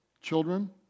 Children